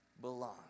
belong